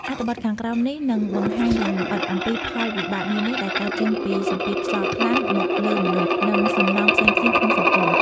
អត្ថបទខាងក្រោមនេះនឹងបង្ហាញយ៉ាងលម្អិតអំពីផលវិបាកនានាដែលកើតចេញពីសម្ពាធខ្យល់ខ្លាំងមកលើមនុស្ស និងសំណង់ផ្សេងៗក្នុងសង្គម។